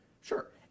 sure